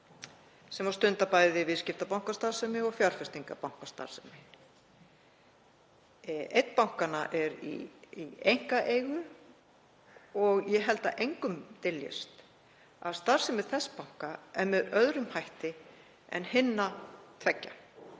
sem stunda bæði viðskiptabankastarfsemi og fjárfestingarbankastarfsemi. Einn bankanna er í einkaeigu og ég held að engum dyljist að starfsemi þess banka er með öðrum hætti en hinna tveggja